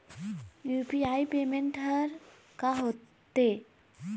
UPI payment हर का होते?